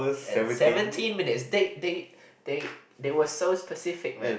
and seventeen minutes they they they they were so specific man